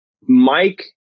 Mike